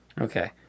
Okay